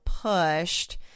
pushed